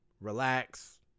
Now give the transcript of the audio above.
relax